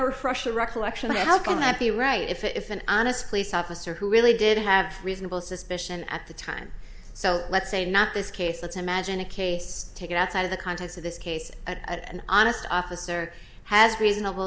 refresh my recollection how can that be right if if an honest police officer who really did have reasonable suspicion at the time so let's say not this case that's imagine a case take it outside of the context of this case at an honest officer has reasonable